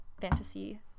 fantasy